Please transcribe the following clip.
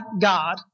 God